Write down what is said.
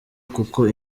kuko